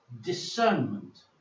discernment